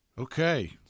Okay